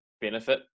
benefit